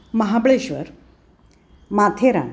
Mahabaleshwar Matheran